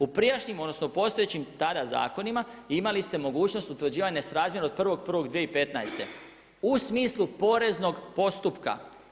U prijašnjim, odnosno postojećim tada zakonima imali ste mogućnost utvrđivanja srazmjerno od 1.1.2015. u smislu poreznog postupka.